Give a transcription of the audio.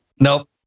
Nope